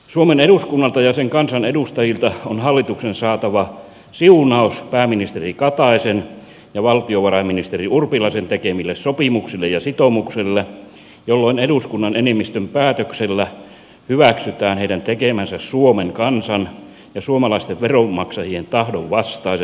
suomen eduskunnalta ja sen kansanedustajilta on hallituksen saatava siunaus pääministeri kataisen ja valtiovarainministeri urpilaisen tekemille sopimuksille ja sitoumukselle jolloin eduskunnan enemmistön päätöksellä hyväksytään heidän tekemänsä suomen kansan ja suomalaisten veronmaksajien tahdon vastainen